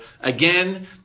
again